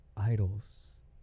Idols